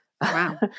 wow